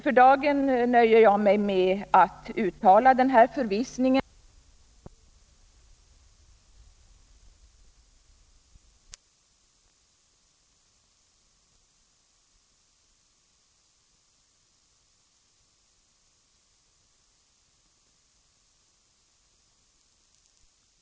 För dagen nöjer jag mig med att uttala denna förvissning och avstår, fru talman, från något yrkande.